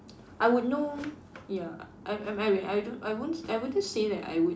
I would know ya I I mean I don't I won't I wouldn't say that I would